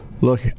Look